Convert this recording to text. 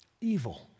Evil